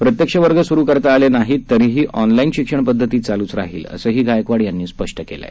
प्रत्यक्ष वर्ग सुरू करता आले नाहीत तरीही ऑनलाईन शिक्षण पध्दती चालूच राहील असंही गायकवाड यांनी स्पष्ट केलं आहे